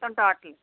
మొత్తం టోటల్